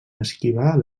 esquivar